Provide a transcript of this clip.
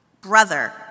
brother